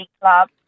Club